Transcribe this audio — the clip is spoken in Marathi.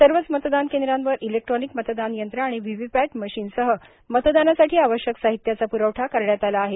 सर्वच मतदान केंद्रांवर इलेक्ट्रॉनिक मतदान यंत्र आणि व्हीव्ही पॅट मशिनसह मतदानासाठी आवश्यक साहित्याचा प्रवठा केला आहे